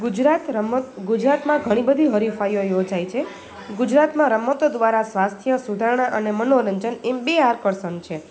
ગુજરાતમાં રમત ગુજરાતમાં ઘણી બધી હરીફાઈઓ યોજાય છે ગુજરાતમાં રમતો દ્વારા સ્વાસ્થ્ય સુધારણા અને મનોરંજન એમ બે આકર્સણ છે